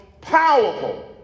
powerful